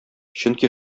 чөнки